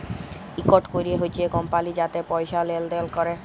ইকট ক্যরে হছে কমপালি যাতে পয়সা লেলদেল ক্যরে